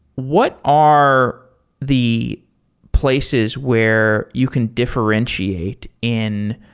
what are the places where you can differentiate in